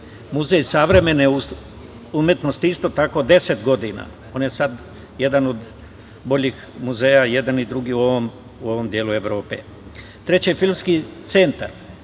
Muzej savremene umetnosti isto tako deset godina. On je sad jedan od boljih muzeja, jedan i drugi, u ovom delu Evrope. Treće, Filmski centar